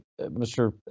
Mr